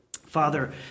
Father